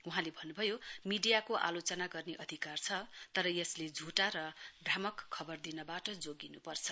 वहाँले भन्न्भयो मीडियाको आलोचना गर्ने अधिकार छ तर यसले झुटा र भ्रामक खबर दिनबाट जोगिन्पर्छ